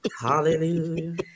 Hallelujah